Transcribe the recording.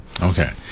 okay